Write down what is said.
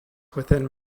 within